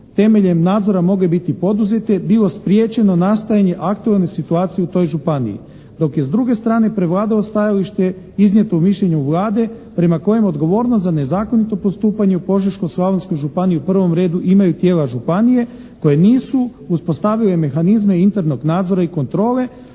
temeljem nadzora mogle biti poduzete bilo spriječeno nastajanje aktualne situacije u toj županiji, dok je s druge strane prevladalo stajalište iznijeto u mišljenju Vlade prema kojem odgovornost za nezakonito postupanje u Požeško-slavonskoj županiji u pravom redu imaju tijela županije, koje nisu uspostavile mehanizme internog nadzora i kontrole